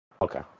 Okay